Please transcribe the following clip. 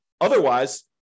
Otherwise